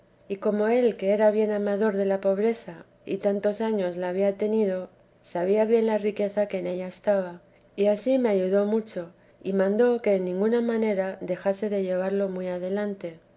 y como el que era bien amador de la pobreza y tantos años la había tenido sabía bien la riqueza que en ella estaba y ansí me ayudó mucho y mandó que en ninguna manera dejase de llevarlo muy adelante